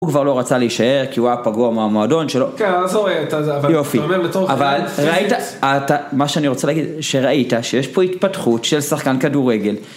הוא כבר לא רצה להישאר, כי הוא היה פגוע מהמועדון שלו. כן, אז לא ראית את זה, אבל... יופי. אבל ראית, מה שאני רוצה להגיד, שראית, שיש פה התפתחות של שחקן כדורגל.